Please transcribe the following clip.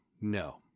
no